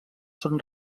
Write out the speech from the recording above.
són